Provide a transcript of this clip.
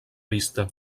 vista